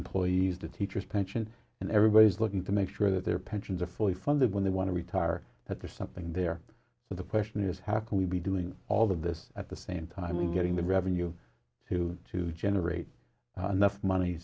employees the teachers pension and everybody's looking to make sure that their pensions are fully funded when they want to retire at the something there so the question is how can we be doing all of this at the same time we're getting the revenue to to generate anough money